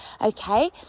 Okay